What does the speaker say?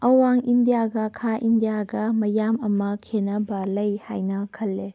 ꯑꯋꯥꯡ ꯏꯟꯗꯤꯌꯥꯒ ꯈꯥ ꯏꯟꯗꯤꯌꯥꯒ ꯃꯌꯥꯝ ꯑꯃ ꯈꯦꯠꯅꯕ ꯂꯩ ꯍꯥꯏꯅ ꯈꯜꯂꯦ